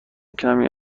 کمی